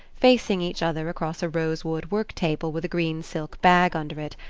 facing each other across a rosewood work-table with a green silk bag under it,